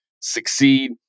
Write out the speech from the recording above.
succeed